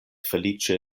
feliĉe